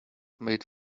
made